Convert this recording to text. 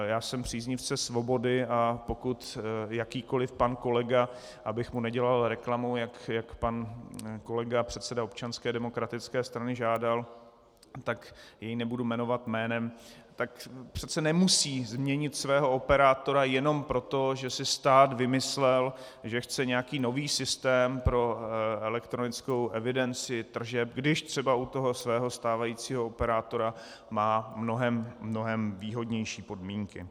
Já jsem příznivcem svobody, a pokud jakýkoliv pan kolega, abych mu nedělal reklamu, jak pan kolega předseda Občanské demokratické strany žádal, tak nebudu jmenovat jménem, tak přece nemusí změnit svého operátora jenom proto, že si stát vymyslel, že chce nějaký nový systém pro elektronickou evidenci tržeb, když třeba u toho svého stávajícího operátora má mnohem výhodnější podmínky.